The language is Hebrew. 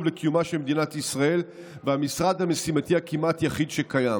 לקיומה של מדינת ישראל ובמשרד המשימתי הכמעט-יחיד שקיים.